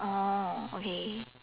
oh okay